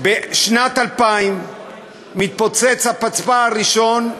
בשנת 2000 מתפוצץ הפצמ"ר הראשון,